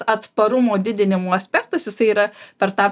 atsparumo didinimo aspektas jisai yra per tą